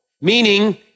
meaning